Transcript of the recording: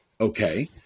Okay